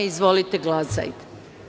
Izvolite, glasajte.